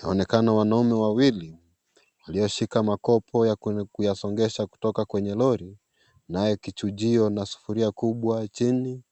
Inaonekana wanaume wawili, walioshika makobo ya kunya, kuyasongesha kutoka kwenye lori. Naye kijujio na sufuria kubwa chini